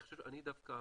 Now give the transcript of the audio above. אני דווקא,